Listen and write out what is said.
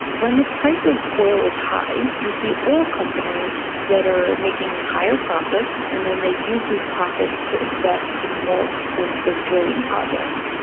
when the price of oil is high you see oil companies that are making higher profits and then they use these profits to invest in more expensive drilling projects.